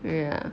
ya